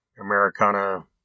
Americana